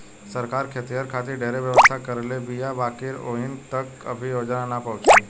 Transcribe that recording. सरकार खेतिहर खातिर ढेरे व्यवस्था करले बीया बाकिर ओहनि तक अभी योजना ना पहुचल